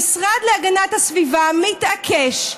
המשרד להגנת הסביבה מתעקש,